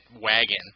wagon